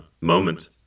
moment